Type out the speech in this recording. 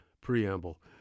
preamble